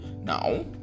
now